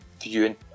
viewing